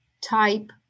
type